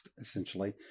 essentially